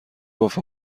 گفت